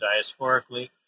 diasporically